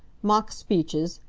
mock speeches,